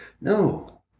no